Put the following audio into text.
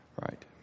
Right